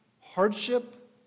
hardship